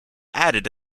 added